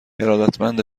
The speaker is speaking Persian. ارادتمند